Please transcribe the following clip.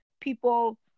people